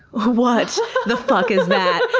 what the fuck is that?